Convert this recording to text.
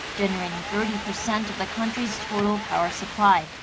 generating thirty percent of the country's total power supply.